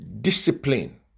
Discipline